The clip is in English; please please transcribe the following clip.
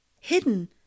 hidden